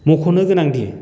मख'नो गोनांदि